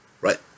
right